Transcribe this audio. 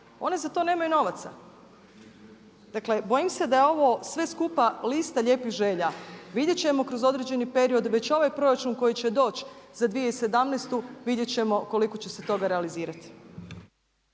one za to nemaju novaca. Dakle bojim se da je ovo sve skupa lista lijepih želja. Vidjeti ćemo kroz određeni period već ovaj proračun koji će doći za 2017., vidjeti ćemo koliko će se toga realizirati.